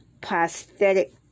prosthetic